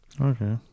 Okay